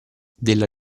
della